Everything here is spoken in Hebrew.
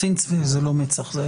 זה לא מצ"ח.